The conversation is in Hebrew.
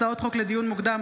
הצעות חוק לדיון מוקדם,